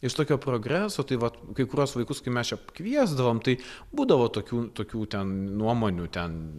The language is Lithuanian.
iš tokio progreso tai vat kai kuriuos vaikus kai mes čia pakviesdavom tai būdavo tokių tokių ten nuomonių ten